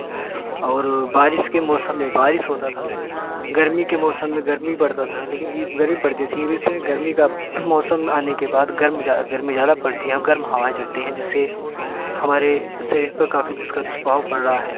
और बारिश के मौसम में बारिश होता था गर्मी के मौसम में गर्मी पड़ता था लेकिन यह गर्मी पड़ती थी वैसे गर्मी का मौसम आने के बाद गर्म ज़्यादा गर्मी ज़्यादा पड़ती है गर्म हवाएँ चलती हैं जिससे हमारे शरीर पर काफ़ी जिसका दुष्प्रभाव पड़ रहा है